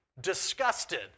disgusted